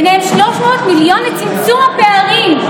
ביניהם 300 מיליון לצמצום פערים,